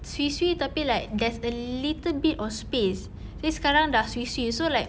swee swee tapi like there's a little bit of space tapi sekarang sudah swee swee so like